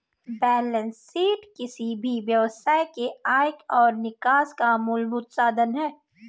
balance sheet किसी भी व्यवसाय के आय और निकास का मूलभूत साधन है